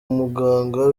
muganga